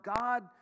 God